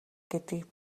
гэдгийг